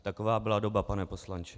Taková byla doba, pane poslanče.